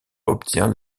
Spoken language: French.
obtient